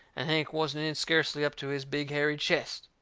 and hank wasn't in scarcely up to his big hairy chest.